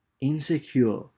insecure